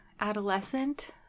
adolescent